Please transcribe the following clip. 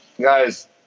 guys